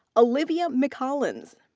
olivea mccollins.